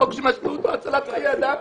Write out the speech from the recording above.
חוק שמשמעותו הצלת חיי אדם.